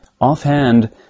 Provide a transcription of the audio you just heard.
Offhand